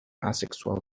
asexual